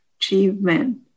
achievement